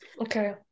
Okay